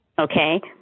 okay